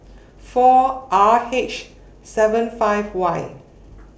four R H seven five Y